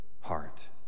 heart